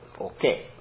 okay